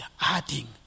adding